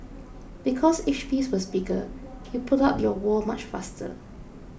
because each piece was bigger you put up your wall much faster